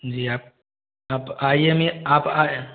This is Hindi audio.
जी आप आप आई एम ई आई आप